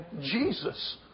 Jesus